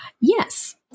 Yes